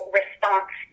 response